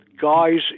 guys